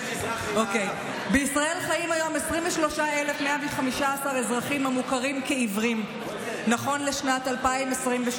בישראל חיים היום 23,115 אזרחים המוכרים כעיוורים נכון לשנת 2022,